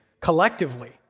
collectively